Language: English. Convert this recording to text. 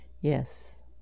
yes